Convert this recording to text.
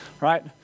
right